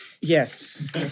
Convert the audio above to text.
Yes